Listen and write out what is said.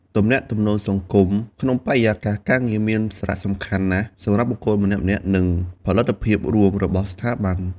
ទំនាក់ទំនងសង្គមក្នុងបរិយាកាសការងារមានសារៈសំខាន់ណាស់សម្រាប់បុគ្គលម្នាក់ៗ និងផលិតភាពរួមរបស់ស្ថាប័ន។